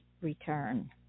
return